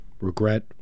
regret